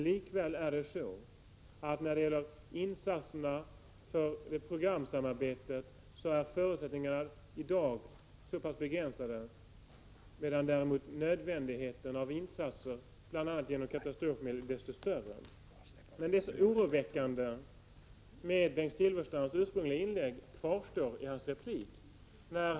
Likväl är förutsättningarna i dag för programsamarbete begränsade, medan nödvändigheten av insatser bl.a. genom katastrofbistånd är desto större. Det oroväckande i Bengt Silfverstrands inledningsanförande kvarstår efter hans replik.